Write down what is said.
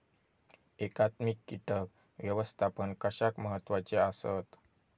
एकात्मिक कीटक व्यवस्थापन कशाक महत्वाचे आसत?